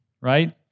right